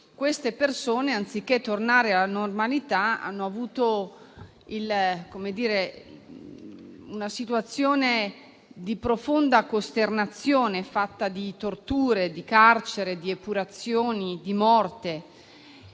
Queste persone, anziché tornare alla normalità, hanno vissuto una situazione di profonda costernazione, fatta di torture, di carcere, di epurazioni, di morte.